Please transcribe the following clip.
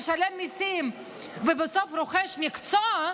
ישלם מיסים ובסוף רוכש מקצוע,